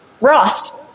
ross